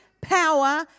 power